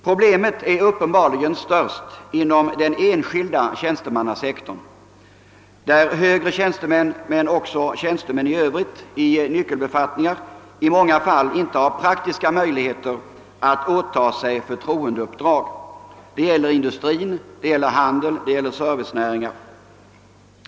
Problemet är uppenbarligen störst inom den enskilda tjänstemannasektorn, där högre tjänstemän men också tjänstemän i övrigt i nyckelbefattningar i många fall inte har praktiska möjligheter att åta sig förtroendeuppdrag. Det gäller industri, handel och servicenäringar.